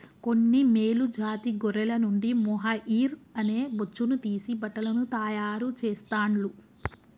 కొన్ని మేలు జాతి గొర్రెల నుండి మొహైయిర్ అనే బొచ్చును తీసి బట్టలను తాయారు చెస్తాండ్లు